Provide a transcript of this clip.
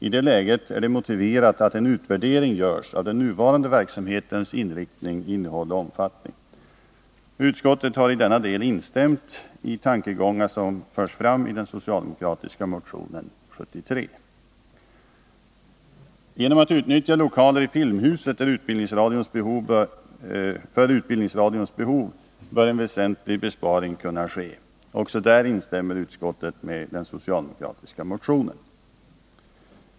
I det läget är det motiverat att en utvärdering görs av den nuvarande verksamhetens inriktning, innehåll och omfattning. Utskottet har i denna del instämt i tankegångar som förs fram i den socialdemokratiska motionen 73. Genom att utnyttja lokaler i Filmhuset för Utbildningsradions behov bör en väsentlig besparing kunna ske. Också på den punkten instämmer utskottet med den socialdemokratiska motionen.